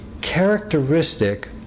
characteristic